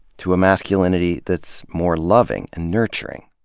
to a masculinity that's more loving and nurturing,